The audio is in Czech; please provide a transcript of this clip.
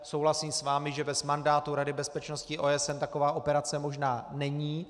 Souhlasím s vámi, že bez mandátu Rady bezpečnosti OSN taková operace možná není.